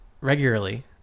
regularly